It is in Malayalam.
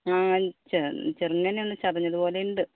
ആ ചെർ വലിങ്ങനെ ഒന്ന് ചതഞ്ഞത് പോലെയുണ്ട്